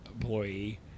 employee